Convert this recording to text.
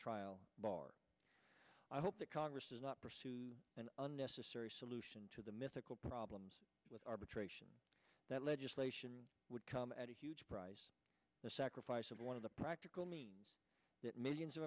trial bar i hope the congress is not an unnecessary solution to the mythical problems with arbitration that legislation would come at a huge price sacrifice of one of the practical means that millions of